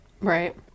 Right